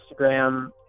Instagram